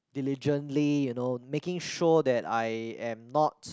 diligently you know making sure that I am not